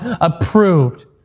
approved